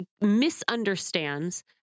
misunderstands